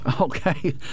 Okay